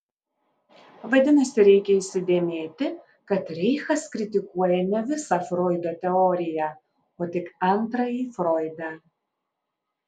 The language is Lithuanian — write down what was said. vadinasi reikia įsidėmėti kad reichas kritikuoja ne visą froido teoriją o tik antrąjį froidą